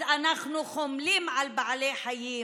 אז אנחנו חומלים על בעלי חיים.